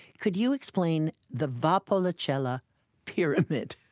could you explain the valpolicella pyramid?